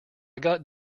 got